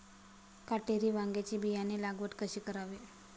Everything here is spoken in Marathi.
काटेरी वांग्याची बियाणे लागवड कधी करावी?